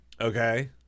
Okay